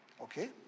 Okay